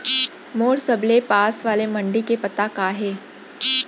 मोर सबले पास वाले मण्डी के पता का हे?